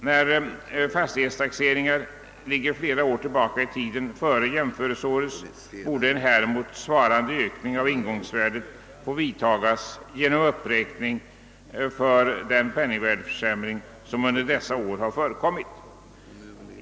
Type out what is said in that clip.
När fastighetstaxeringar skett flera år före jämförelseåret borde en häremot svarande ökning av ingångsvärdet få vidtas genom uppräkning med anledning av den penningsvärdeförsämring som under dessa år förekommit.